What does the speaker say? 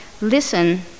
listen